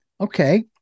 Okay